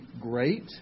great